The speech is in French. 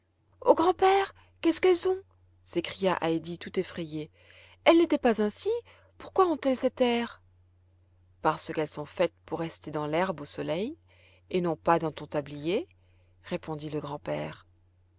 oh grand-père qu'est-ce qu'elles ont s'écria heidi tout effrayée elles n'étaient pas ainsi pourquoi ont-elles cet air parce qu'elles sont faites pour rester dans l'herbe au soleil et non pas dans ton tablier répondit le grand-père